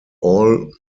all